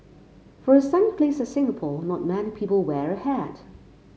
for a sunny place like Singapore not many people wear a hat